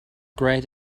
great